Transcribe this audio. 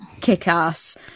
kick-ass